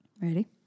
Ready